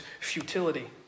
futility